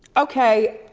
okay,